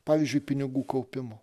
pavyzdžiui pinigų kaupimo